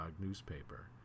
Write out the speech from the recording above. newspaper